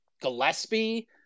gillespie